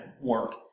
work